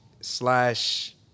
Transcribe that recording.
slash